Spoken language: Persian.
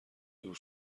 دور